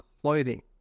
Clothing